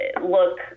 look